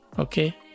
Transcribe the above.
Okay